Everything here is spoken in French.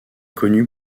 connue